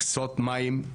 מכסות מים,